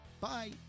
Bye